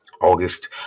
August